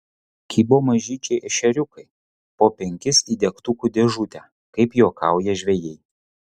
kibo mažyčiai ešeriukai po penkis į degtukų dėžutę kaip juokauja žvejai